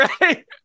Right